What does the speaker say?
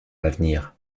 l’avenir